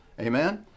amen